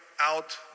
out